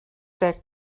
that